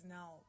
now